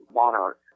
monarch